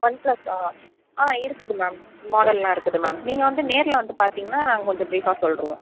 one ப்ளஸ்ஸா ஆ இருக்குது மேம் மாடலெலாம் இருக்குது மேம் நீங்கள் வந்து நேரில் வந்து பார்த்திங்னா நாங்கள் கொஞ்சம் ப்ரீஃபாக சொல்லுவோம்